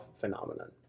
phenomenon